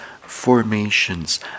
formations